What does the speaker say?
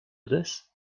this